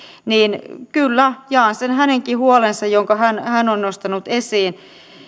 kyllä jaan sen hänenkin huolensa jonka hän hän on nostanut esiin